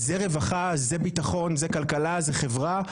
זה רווחה, זה ביטחון זה כלכלה זה חברה.